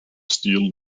steel